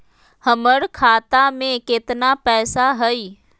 हमर खाता मे केतना पैसा हई?